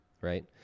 right